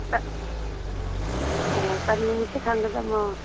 ꯑꯣ ꯀꯔꯤ ꯅꯨꯃꯤꯠꯇ ꯁꯪꯒꯗꯃꯣ